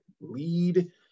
lead